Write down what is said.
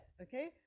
Okay